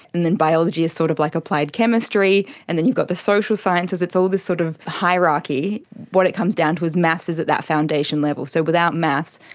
and then biology is sort of like applied chemistry, and then you've got the social sciences. it's all this sort of hierarchy. what it comes down to is maths is at that foundation level. so without maths,